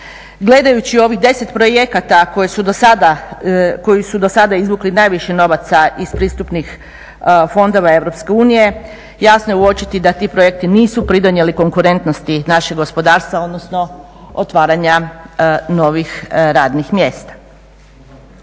Gledajući ovih 10 projekata koji su do sada izvukli najviše novaca iz pristupnih fondova Europske unije jasno je uočiti da ti projekti nisu pridonijeli konkurentnosti našeg gospodarstva odnosno otvaranja novih radnih mjesta.